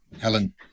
helen